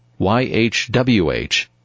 YHWH